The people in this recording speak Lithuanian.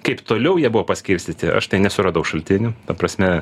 kaip toliau jie buvo paskirstyti aš nesuradau šaltinių ta prasme